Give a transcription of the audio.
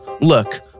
Look